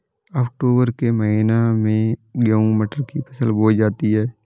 अक्टूबर के महीना में गेहूँ मटर की फसल बोई जाती है